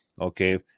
Okay